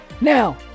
Now